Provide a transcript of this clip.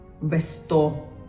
restore